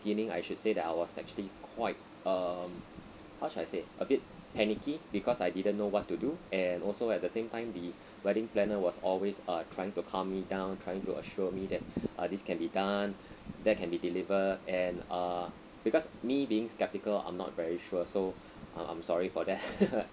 I should that I was actually quite err how should I say a bit panicky because I didn't know what to do and also at the same time the wedding planner was always err trying to calm me down trying to assure me that uh this can be done that can be delivered and uh because me being sceptical I'm not very sure so uh I'm sorry for that